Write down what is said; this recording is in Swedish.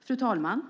Fru talman!